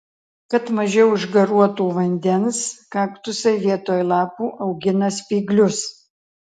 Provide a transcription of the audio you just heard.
kad mažiau išgaruotų vandens kaktusai vietoj lapų augina spyglius